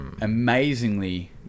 amazingly